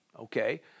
Okay